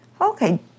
Okay